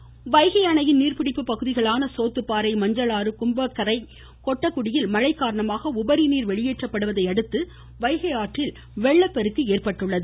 வைகை வெள்ளப்பெருக்கு வைகை அணையின் நீர்ப்பிடிப்பு பகுதிகளான சோத்துப்பாறை மஞ்சளாறு கும்பக்கரை கொட்டக்குடியில் காரணமாக உபரிநீர் வெளியேற்றப்படுவதையடுத்து வைகை ஆற்றில் வெள்ளப்பெருக்கு ஏற்பட்டுள்ளது